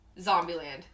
Zombieland